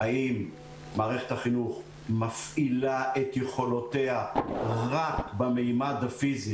האם מערכת החינוך מפעילה את יכולותיה רק בממד הפיזי,